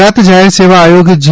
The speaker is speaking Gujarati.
ગુજરાત જાહેર સેવા આયોગ જી